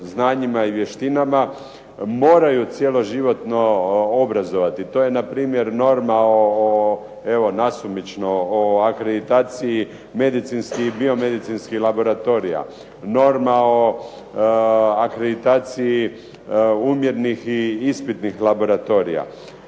i vještinama moraju cjeloživotno obrazovati, to je na primjer norma evo nasumično o Akreditaciji medicinskih i biomedicinskih laboratorija, norma o akreditaciji umjernih i ispitnih laboratorija,